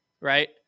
Right